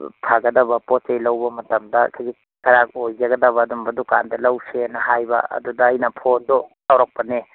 ꯐꯒꯗꯕ ꯄꯣꯠ ꯆꯩ ꯂꯧꯕ ꯃꯇꯝꯗ ꯑꯩꯈꯣꯏꯒꯤ ꯈꯔ ꯌꯥꯝ ꯑꯣꯏꯖꯒꯗꯕ ꯑꯗꯨꯝꯕ ꯗꯨꯀꯥꯟꯗ ꯂꯧꯁꯦꯅ ꯍꯥꯏꯕ ꯑꯗꯨꯗ ꯑꯩꯅ ꯐꯣꯟꯗꯣ ꯇꯧꯔꯛꯄꯅꯦ